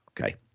okay